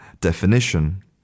definition